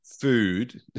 food